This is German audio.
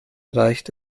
reicht